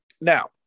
Now